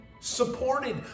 supported